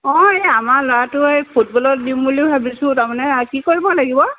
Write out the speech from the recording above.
অ এই আমাৰ ল'ৰাটো ফুটবলত দিওঁ বুলি ভাবিছোঁ তাৰমানে কি কৰিব লাগিব